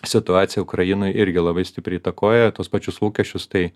situacija ukrainoj irgi labai stipriai įtakoja tuos pačius lūkesčius tai